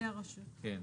כן.